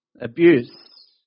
abuse